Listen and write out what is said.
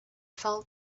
fell